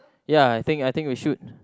ya I think I think will shoot